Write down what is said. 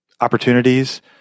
opportunities